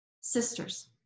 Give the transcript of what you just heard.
sisters